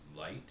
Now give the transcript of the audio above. light